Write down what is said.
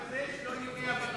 באגף הזה, שלא יהיו אי-הבנות.